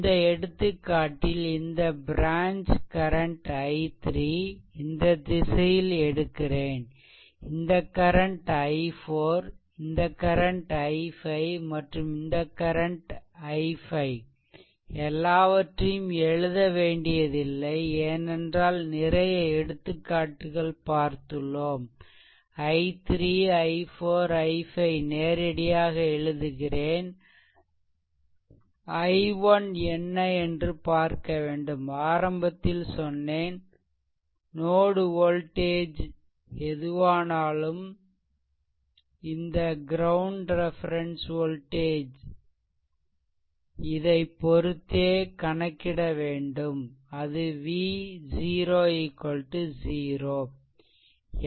இந்த எடுத்துக்காட்டில் இந்த ப்ரான்ச் கரண்ட் i3 இந்த திசையில் எடுக்கிறேன் இந்த கரண்ட் i4 இந்த கரண்ட் i5 மற்றும் இந்த கரண்ட் i5 எல்லாவற்றையும் எழுதவேண்டியதில்லை ஏனென்றால் நிறைய எடுத்துக்காட்டுக்கள் பார்த்துள்ளோம் i3 i4 i5 நேரடியாக எழுதுகிறேன் i1 என்ன என்று பார்க்கவேண்டும் ஆரம்பத்தில் சொன்னேன் நோட் வோல்டேஜ் எதுவானாலும் இந்த கிரௌண்ட் ரெஃபெரென்ஸ் வோல்டேஜ் ஐ பொருத்தே கணக்கிட வேண்டும்அது v 0 0